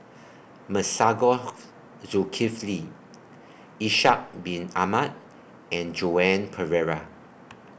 Masagos Zulkifli Ishak Bin Ahmad and Joan Pereira